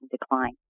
decline